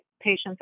patients